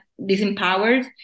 disempowered